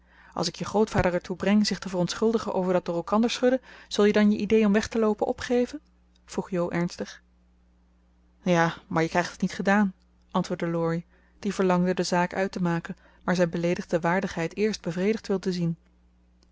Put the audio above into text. als ik je grootvader er toe breng zich te verontschuldigen over dat door elkander schudden zul je dan je idee om weg te loopen opgeven vroeg jo ernstig ja maar je krijgt het niet gedaan antwoordde laurie die verlangde de zaak uit te maken maar zijn beleedigde waardigheid eerst bevredigd wilde zien